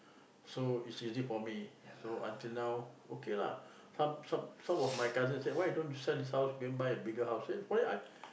so is easy for me so until now okay lah some some some of my cousin say why you don't sell this house then buy a bigger house then why I